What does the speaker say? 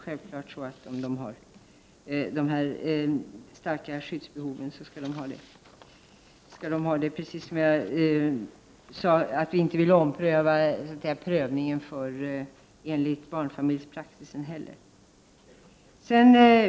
Har de starka skyddsbehov skall de också få skydd. Jag vill, som jag sagt, inte heller göra någon omprövning av barnfamiljspraxisen.